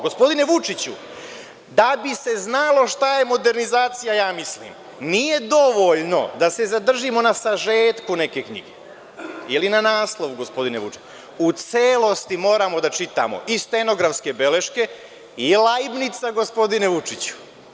Gospodine Vučiću, da bi se znalo šta je modernizacija, ja mislim, nije dovoljno da se zadržimo na sažetku neke knjige ili na naslov, gospodine Vučiću, u celosti moramo da čitamo i stenografske beleške i Lajbnica, gospodine Vučiću.